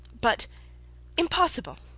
But—impossible